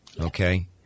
okay